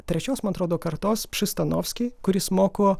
trečios man atrodo kartos pšistanofskiai kuris moko